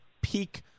peak